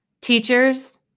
Teachers